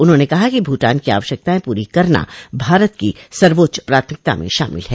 उन्होंने कहा कि भूटान की आवश्यकताएं पूरी करना भारत की सर्वोच्च प्राथमिकता में शामिल हैं